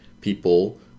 people